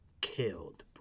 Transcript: killed